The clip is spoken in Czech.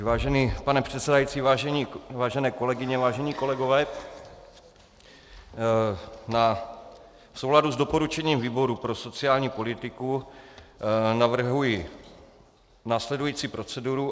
Vážený pane předsedající, vážené kolegyně, vážení kolegové, v souladu s doporučením výboru pro sociální politiku navrhuji následující proceduru.